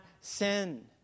sin